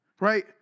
Right